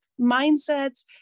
mindsets